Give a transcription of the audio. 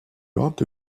grand